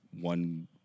one